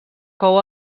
cou